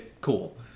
cool